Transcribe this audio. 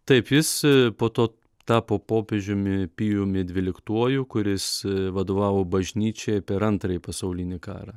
taip jis po to tapo popiežiumi pijumi dvyliktuoju kuris vadovavo bažnyčiai per antrąjį pasaulinį karą